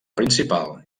principal